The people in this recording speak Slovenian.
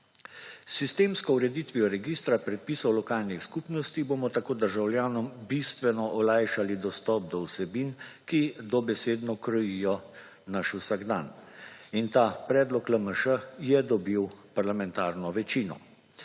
S sistemsko ureditvijo registra predpisov lokalnih skupnosti bomo tako državljanom bistveno olajšali dostop do vsebin, ki dobesedno krojijo naš vsakdan in ta predlog LMŠ je dobil parlamentarno večino